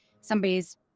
somebody's